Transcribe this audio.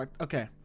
Okay